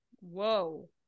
Whoa